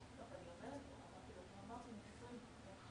ואני שמחה לבשר שהם מקדמים עכשיו הצעת